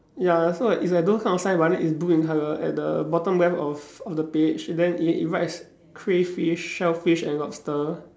ya so like it's like those kind of sign but then it's blue in colour at the bottom left of of the page then it it writes crayfish shellfish and lobster